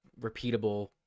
repeatable